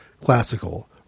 classical